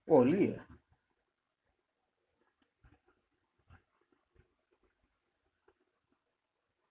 oh really ah